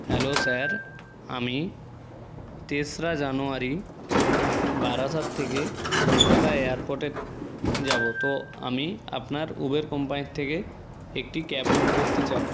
hello sir আমি তেসরা January Barasat থেকে কলকাতা এয়ারপোর্টে যাব তো আমি আপনার উবের কোম্পানির থেকে একটি ক্যাব বুক করতে চাই